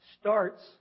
starts